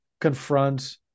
confront